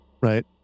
right